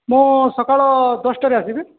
ମୁଁ ସକାଳ ଦଶଟାରେ ଆସିବି